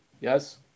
yes